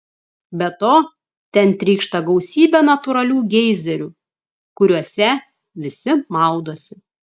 be to ten trykšta gausybė natūralių geizerių kuriuose visi maudosi